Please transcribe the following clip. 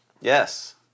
Yes